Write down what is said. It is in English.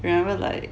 remember like